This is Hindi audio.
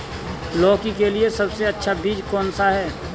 लौकी के लिए सबसे अच्छा बीज कौन सा है?